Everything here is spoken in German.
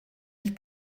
ich